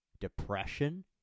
depression